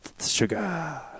sugar